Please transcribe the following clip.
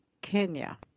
Kenya